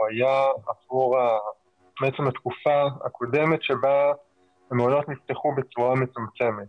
היה עבור התקופה הקודמת שבה המעונות נפתחו בצורה מצומצמת,